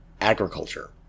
agriculture